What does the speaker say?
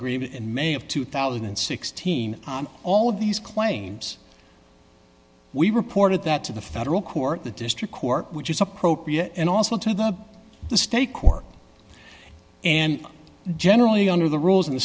agreement in may of two thousand and sixteen on all of these claims we reported that to the federal court the district court which is appropriate and also to the the state court and generally under the rules in the